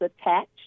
attached